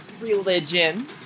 Religion